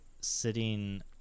sitting